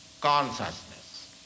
consciousness